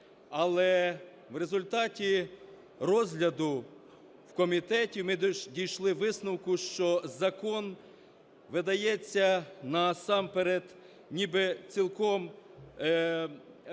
Але, в результаті розгляду в комітеті, ми дійшли висновку, що закон видається насамперед ніби цілком нереалістичним